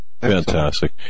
Fantastic